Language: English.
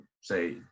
say